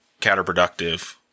counterproductive